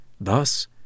thus